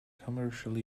commercially